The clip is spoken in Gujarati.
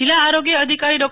જિલ્લા આરોગ્ય અધિકારી ડો